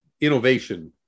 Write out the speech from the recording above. innovation